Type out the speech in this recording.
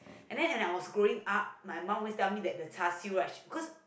and then and I was growing up my mum always tell me that the char-siew rice she cause